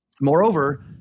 Moreover